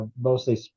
mostly